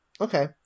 Okay